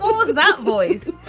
was that voice?